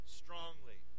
strongly